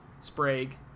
Sprague